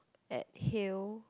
at hale